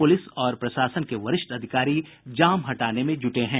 police और प्रशासन के वरिष्ठ अधिकारी जाम हटाने में जुटे हुये हैं